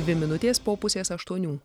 dvi minutės po pusės aštuonių